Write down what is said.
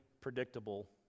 predictable